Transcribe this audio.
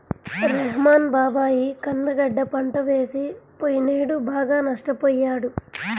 రెహ్మాన్ బాబాయి కంద గడ్డ పంట వేసి పొయ్యినేడు బాగా నష్టపొయ్యాడు